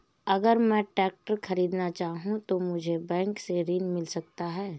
अगर मैं ट्रैक्टर खरीदना चाहूं तो मुझे बैंक से ऋण मिल सकता है?